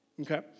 Okay